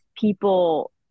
people